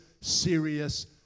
serious